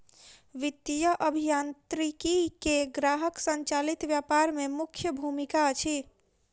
वित्तीय अभियांत्रिकी के ग्राहक संचालित व्यापार में मुख्य भूमिका अछि